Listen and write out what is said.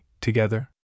together